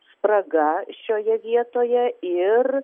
spraga šioje vietoje ir